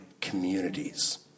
communities